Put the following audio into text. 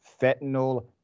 fentanyl